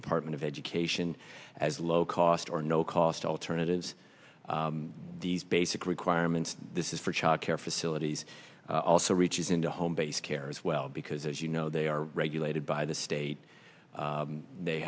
department of education as low cost or no cost alternatives these basic requirements this is for child care facilities also reaches into home based care as well because as you know they are regulated by the state they